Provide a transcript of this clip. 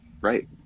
Right